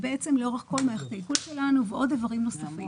היא בעצם לאורך כל מערכת העיכול שלנו ובאיברים נוספים.